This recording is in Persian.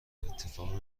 اتفاق